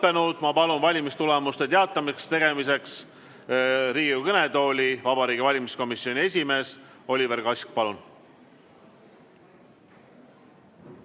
Ma palun valimistulemuste teatavakstegemiseks Riigikogu kõnetooli Vabariigi Valimiskomisjoni esimehe. Oliver Kask, palun!